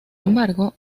embargo